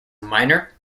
miner